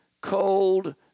cold